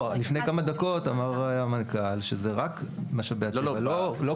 לפני כמה דקות אמר המנכ"ל שזה רק משאבי הטבע.